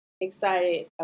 excited